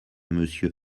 monsieur